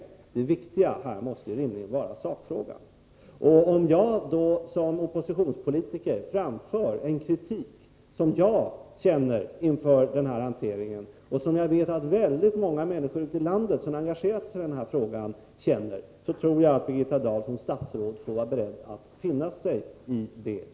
kärnbränsle Det viktiga måste rimligen vara sakfrågan. Om jag då som oppositionspolitiker framför den kritik som jag anser vara befogad när det gäller denna hantering och som jag vet att många människor ute i landet som engagerat sig i denna fråga anser vara riktig, tror jag att Birgitta Dahl som statsråd får vara beredd att finna sig i det.